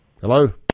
Hello